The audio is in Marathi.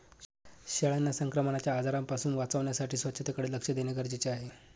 शेळ्यांना संक्रमणाच्या आजारांपासून वाचवण्यासाठी स्वच्छतेकडे लक्ष देणे गरजेचे आहे